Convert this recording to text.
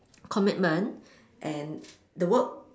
commitment and the work